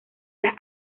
las